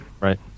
Right